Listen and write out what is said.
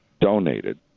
donated